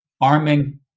arming